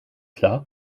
klar